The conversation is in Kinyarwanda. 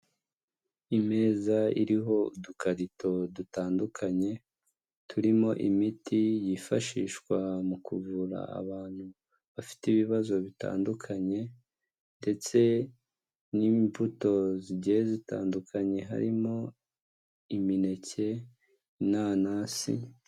Imeza iriho udukarito dutandukanye turimo imiti yifashishwa mu kuvura abantu bafite ibibazo bitandukanye ndetse n'imbuto zigiye zitandukanye harimo imineke, inanasi.